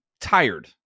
tired